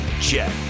jet